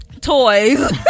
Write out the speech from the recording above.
toys